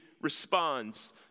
responds